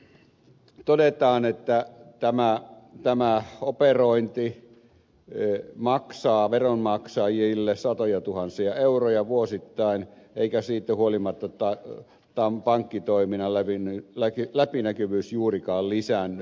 sitten todetaan että tämä operointi maksaa veronmaksajille satojatuhansia euroja vuosittain eikä siitä huolimatta pankkitoiminnan läpinäkyvyys juurikaan lisäänny